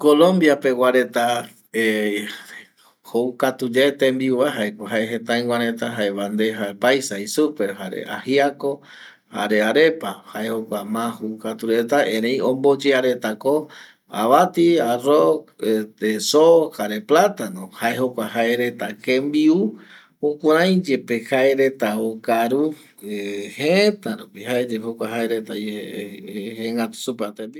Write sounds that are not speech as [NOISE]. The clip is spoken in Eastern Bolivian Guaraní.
Colombia pegua reta [HESITATION] jou katu yae tembiu va jae ko jae jetaɨgua reta bandeja paisa jei supe va jare ajiaco, jare arepa jae jokua ma jou katu reta erei omboyea reta ko reta ko vati arroz este soo jare platano jae jokua jae reta jembiu jukurai yepe jae reta okaru gëtä rupi jae yepe jokua jae reta jegatu supe va tembiu